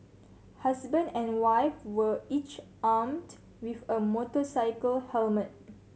husband and wife were each armed with a motorcycle helmet